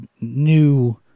new